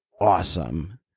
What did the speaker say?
awesome